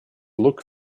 look